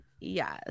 Yes